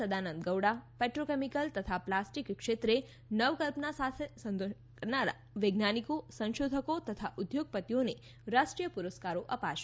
Sadananda Gowda petrochemical તથા plastic ક્ષેત્રે નવકલ્પનાં સાથે સંશોધન કરનારા વૈજ્ઞાનિકો સંશોધકો તથા ઉદ્યોગપતિઓને રાષ્ટ્રીય પુરસ્કારો આપશે